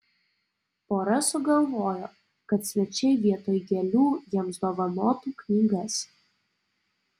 pora sugalvojo kad svečiai vietoj gėlių jiems dovanotų knygas